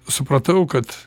supratau kad